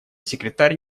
секретарь